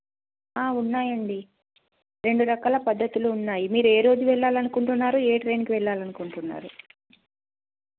ఉన్నాయండి రెండు రకాల పద్ధతులు ఉన్నాయి మీరు ఏ రోజు వెళ్ళాలనుకుంటున్నారు ఏ ట్రైన్కు వెళ్ళాలనుకుంటున్నారు